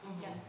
Yes